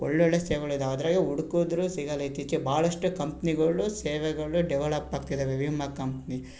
ಒಳ್ಳೊಳ್ಳೆಯ ಸೇವೆಗಳಿದ್ದಾವೆ ಅದರಾಗೆ ಹುಡ್ಕಿದ್ರು ಸಿಗೊಲ್ಲ ಇತ್ತೀಚೆಗೆ ಭಾಳಷ್ಟು ಕಂಪ್ನಿಗಳು ಸೇವೆಗಳು ಡೆವಲಪ್ ಆಗ್ತಿದ್ದಾವೆ ವಿಮಾ ಕಂಪ್ನಿ